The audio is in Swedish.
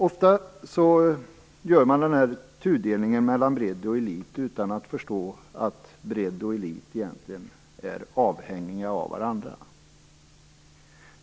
Ofta gör man tudelningen mellan bredd och elit utan att förstå att bredd och elit egentligen är avhängiga av varandra.